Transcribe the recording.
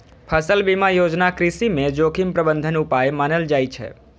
फसल बीमा योजना कृषि मे जोखिम प्रबंधन उपाय मानल जाइ छै